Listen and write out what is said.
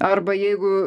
arba jeigu